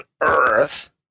earth